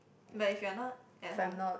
but if you are not at home